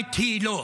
ליברלית היא לא.